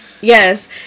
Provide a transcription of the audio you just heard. Yes